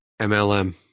MLM